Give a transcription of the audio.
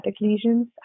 lesions